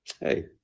Hey